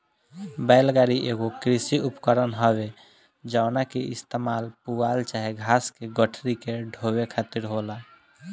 बैल गाड़ी एगो कृषि उपकरण हवे जवना के इस्तेमाल पुआल चाहे घास के गठरी के ढोवे खातिर होला